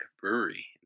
Brewery